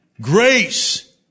Grace